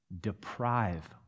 deprive